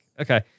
Okay